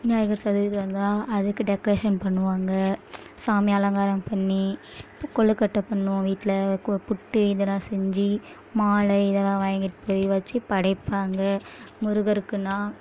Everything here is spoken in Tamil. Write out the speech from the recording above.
விநாயகர் சதுர்த்தி வந்தால் அதுக்கு டெக்கரேஷன் பண்ணுவாங்க சாமி அலங்காரம் பண்ணி கொழுக்கட்டை பண்ணுவோம் வீட்டில் புட்டு இதெலாம் செஞ்சு மாலை இதெல்லாம் வாங்கிகிட்டு போய் வச்சு படைப்பாங்க முருகருக்குனால்